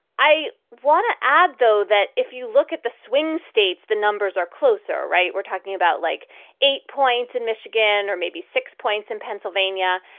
i want to add, though, that if you look at the swing states, the numbers are closer. right. we're talking about like eight points in michigan or maybe six points in pennsylvania.